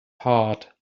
heart